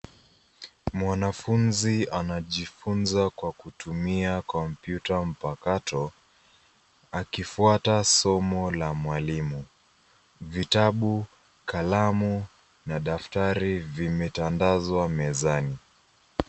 Mwanafunzi anajifunza kwa kutumia kompyuta mpakato, akifuata somo la mwalimu. Vitabu, kalamu na daftari vimetandazwa mezani.